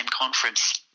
conference